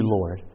Lord